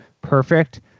Perfect